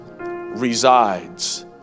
resides